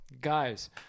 guys